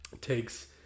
takes